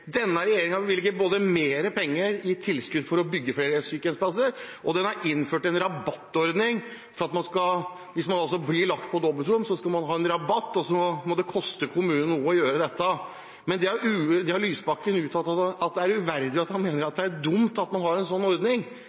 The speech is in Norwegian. Denne regjeringen både bevilger mer penger i tilskudd for å bygge flere sykehjemsplasser, og den har innført en rabattordning, slik at hvis man blir innlagt på et dobbeltrom, så skal man få en rabatt, og det må koste kommunen noe å gjøre dette. Lysbakken har uttalt at det er uverdig, og at det er dumt at man har en sånn ordning.